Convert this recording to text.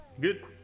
Good